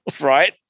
Right